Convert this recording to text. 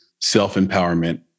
self-empowerment